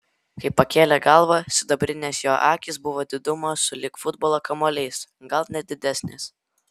kai pakėlė galvą sidabrinės jo akys buvo didumo sulig futbolo kamuoliais gal net didesnės